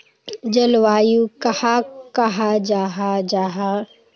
जलवायु कहाक कहाँ जाहा जाहा?